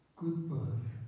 goodbye